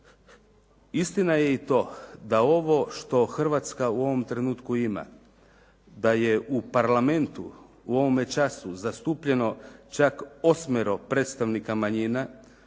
Istina je i to da ovo što Hrvatska u ovom trenutku ima, da je u Parlamentu u ovome času zastupljeno čak osmero predstavnika manjina.